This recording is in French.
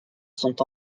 sont